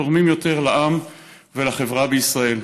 תורמים יותר לעם ולחברה בישראל.